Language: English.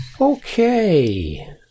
Okay